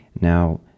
Now